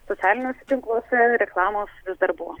socialiniuose tinkluose reklamos vis dar buvo